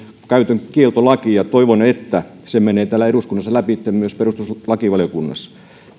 käytön kieltolaki ja toivon että se menee täällä eduskunnassa lävitse myös perustuslakivaliokunnassa